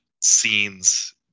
scenes